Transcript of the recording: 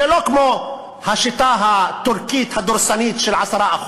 זה לא כמו השיטה הטורקית הדורסנית של 10%,